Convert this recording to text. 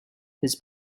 his